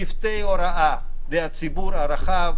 צוותי הוראה והציבור הרחב,